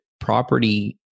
property